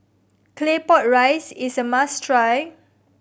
Claypot Rice is a must try